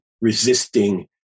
resisting